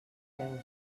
peus